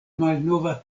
malnova